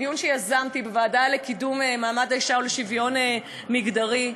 דיון שיזמתי בוועדה לקידום מעמד האישה ולשוויון מגדרי,